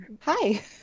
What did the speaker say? Hi